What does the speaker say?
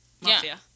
mafia